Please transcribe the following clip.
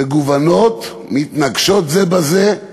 מגוונות, מתנגשות זו בזו.